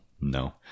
No